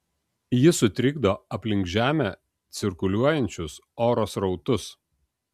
jis sutrikdo aplink žemę cirkuliuojančius oro srautus